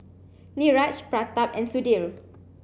Niraj Pratap and Sudhir